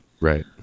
Right